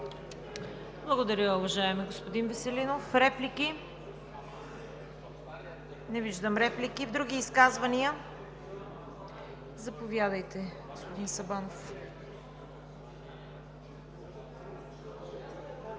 Благодаря, уважаеми господин Веселинов. Реплики? Не виждам. Други изказвания? Заповядайте, господин Сабанов.